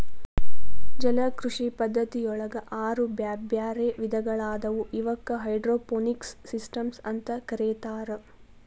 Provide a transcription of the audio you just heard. ಜಲಕೃಷಿ ಪದ್ಧತಿಯೊಳಗ ಆರು ಬ್ಯಾರ್ಬ್ಯಾರೇ ವಿಧಗಳಾದವು ಇವಕ್ಕ ಹೈಡ್ರೋಪೋನಿಕ್ಸ್ ಸಿಸ್ಟಮ್ಸ್ ಅಂತ ಕರೇತಾರ